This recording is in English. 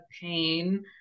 pain